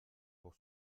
pour